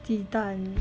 鸡蛋